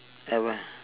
at where